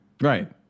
Right